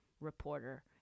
reporter